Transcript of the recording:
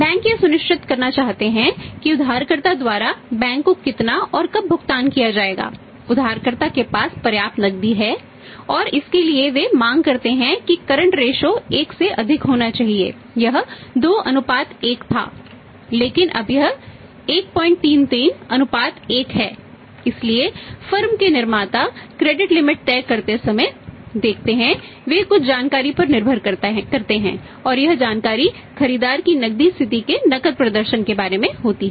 bank यह सुनिश्चित करना चाहते हैं कि उधारकर्ता द्वारा बैंक को कितना और कब भुगतान किया जाएगा उधारकर्ता के पास पर्याप्त नकदी है और इसके लिए वे मांग करते हैं कि करंट रेशो तय करते समय देखते हैं वे कुछ जानकारी पर निर्भर करते हैं और यह जानकारी खरीदार की नकदी स्थिति के नकद प्रदर्शन के बारे में होती है